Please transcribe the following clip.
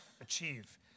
achieve